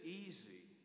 easy